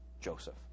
Joseph